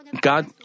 God